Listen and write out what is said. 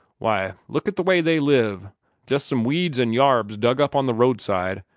why, look at the way they live jest some weeds an' yarbs dug up on the roadside,